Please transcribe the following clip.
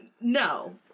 No